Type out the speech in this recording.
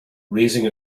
raising